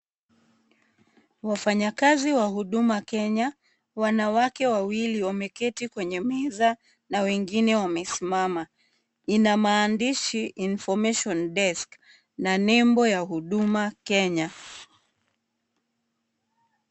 Wafanyakazi wa Huduma Kenya wanawake wawili wameketi kwenye meza na wengine wamesimama, inamaandishi information desk na nembo ya Huduma Kenya.